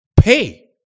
pay